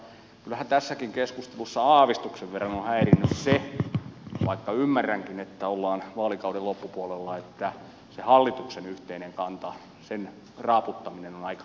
mutta kyllähän tässäkin keskustelussa aavistuksen verran on häirinnyt se vaikka ymmärränkin että ollaan vaalikauden loppupuolella että hallituksen yhteinen kanta sen raaputtaminen on aika ajoin hankalaa